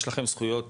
יש לכם זכויות